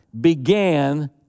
began